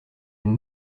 une